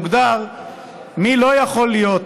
מוגדר מי לא יכול להיות